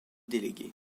délégués